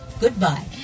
goodbye